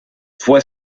fue